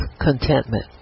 contentment